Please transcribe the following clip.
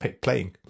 playing